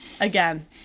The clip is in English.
again